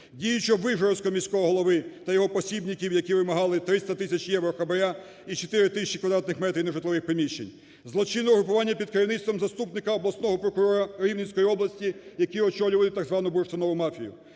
Діючого Вишгородського міського голови та його посібників, які вимагали 300 тисяч євро хабара і 4 тисячі квадратних метрів нежитлових приміщень. Злочинне угрупування під керівництвом заступника обласного прокурора Рівненської області, який очолював так звану "бурштинову мафію".